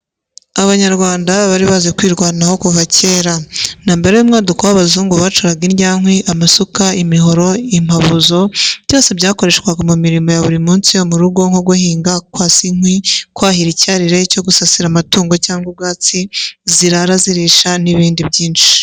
Abanyarwanda bari bazi kwirwanaho kuva kera, na mbere y'umwaduko w'abazungu bacuraga indyankwi, amasuka, imihoro, impabuzo, byose byakoreshwaga mu mirimo ya buri munsi yo mu rugo nko guhinga, kwasa inkwi, kwahira icyarire cyo gusasira amatungo cyangwa ubwatsi zirara zirisha n'ibindi byinshi.